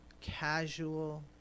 casual